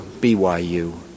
BYU